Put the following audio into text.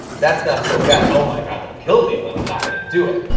that's not so bad. oh my god, they'll kill me, but and i'm not going to do it.